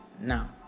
now